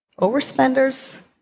overspenders